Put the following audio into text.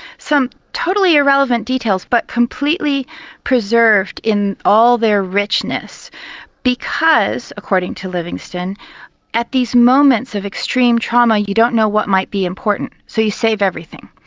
some totally irrelevant details but completely preserved in all their richness because according to livingston at these moments of extreme trauma you don't know what might be important so you save everything.